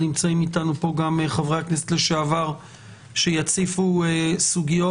נמצאים אתנו פה גם חברי הכנסת לשעבר שיציפו סוגיות,